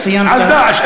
על "דאעש".